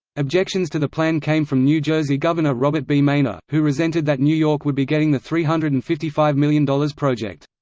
objections to the plan came from new jersey governor robert b. meyner, who resented that new york would be getting the three hundred and fifty five million dollars project.